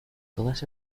todas